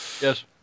Yes